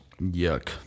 Yuck